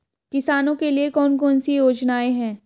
किसानों के लिए कौन कौन सी योजनाएं हैं?